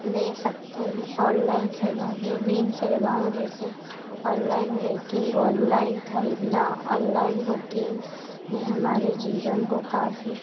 ले सकते हैं ऑनलाइन सेवा विभिन्न सेवाओं जैसे ऑनलाइन बेकिंग ऑनलाइन खरीदना ऑनलाइन बुकिंग यह हमारे जीवन को काफ़ी